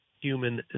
human